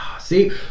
See